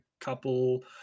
couple